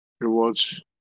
rewards